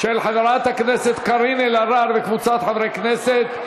של חברת הכנסת קארין אלהרר וקבוצת חברי הכנסת,